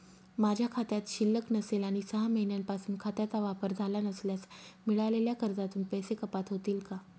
माझ्या खात्यात शिल्लक नसेल आणि सहा महिन्यांपासून खात्याचा वापर झाला नसल्यास मिळालेल्या कर्जातून पैसे कपात होतील का?